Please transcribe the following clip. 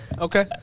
okay